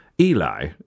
Eli